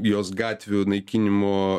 jos gatvių naikinimo